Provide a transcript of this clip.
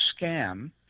scam